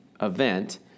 event